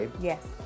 Yes